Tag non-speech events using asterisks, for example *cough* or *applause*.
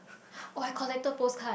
*noise* oh I collected postcard